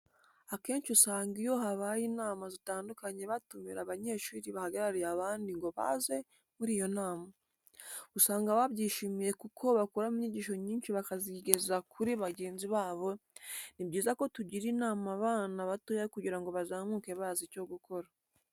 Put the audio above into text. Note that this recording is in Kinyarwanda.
Akenshi usanga iyo habaye inama zitandukanye batumira abanyeshuri bahagarariye abandi ngo baze muri iyo nama, usanga babyishimiye kuko bakuramo inyigisho nyinshi bakazigeza kuri bagenzi babo, ni byiza ko tugira inama abana batoya kugira ngo bazamuke bazi icyo gukora.